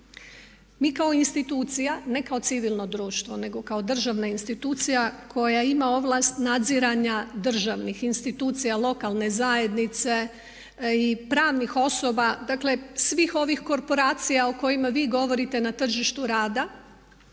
Mi kao institucija, ne kao civilno društvo nego kao državna institucija koja ima ovlast nadziranja državnih institucija lokalne zajednice i pravnih osoba, dakle svih ovih korporacija o kojima vi govorite na tržištu rada